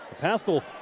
Pascal